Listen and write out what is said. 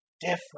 different